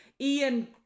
Ian